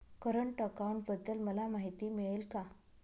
Current अकाउंटबद्दल मला माहिती मिळेल का?